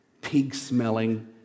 pig-smelling